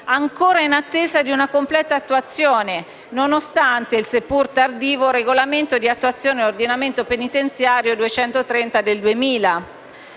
ancora in attesa di una completa attuazione, nonostante il seppur tardivo regolamento di attuazione dell'ordinamento penitenziario n. 230 del 2000,